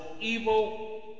evil